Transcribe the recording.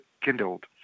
kindled